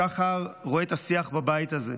שחר רואה את השיח בבית הזה.